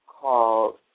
called